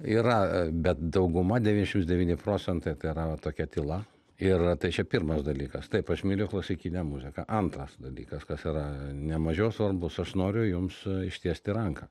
yra bet dauguma devyniašims devyni procentai tai yra va tokia tyla ir tai čia pirmas dalykas taip aš myliu klasikinę muziką antras dalykas kas yra nemažiau svarbus aš noriu jums ištiesti ranką